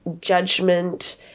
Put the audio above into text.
judgment